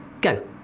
Go